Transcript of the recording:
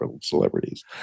celebrities